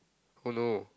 oh no